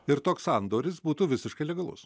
ir toks sandoris būtų visiškai legalus